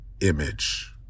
image